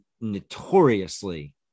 notoriously